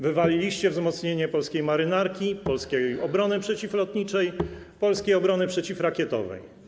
Wywaliliście wzmocnienie polskiej marynarki, polskiej obrony przeciwlotniczej, polskiej obrony przeciwrakietowej.